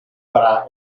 para